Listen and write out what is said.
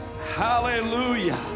hallelujah